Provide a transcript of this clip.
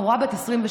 בחורה בת 22,